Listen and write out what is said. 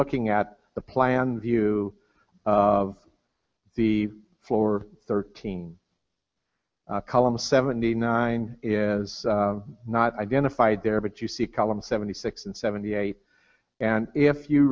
looking at the plan view of the floor thirteen columns seventy nine is not identified there but you see columns seventy six and seventy eight and if you